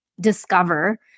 discover